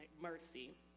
mercy